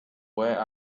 where